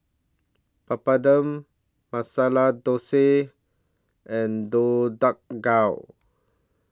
Papadum Masala Dosa and Deodeok Gui